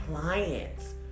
client's